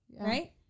right